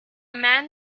man